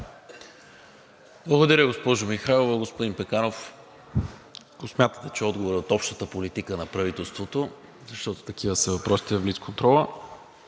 Благодаря, госпожо Михайлова. Господин Пеканов, ако смятате, че отговорът е от общата политика на правителството, защото такива са въпросите в блицконтрола.